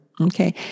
Okay